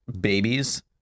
babies